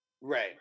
Right